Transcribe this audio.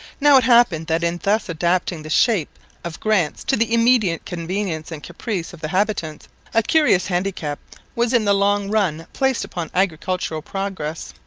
now it happened that in thus adapting the shape of grants to the immediate convenience and caprice of the habitants a curious handicap was in the long run placed upon agricultural progress.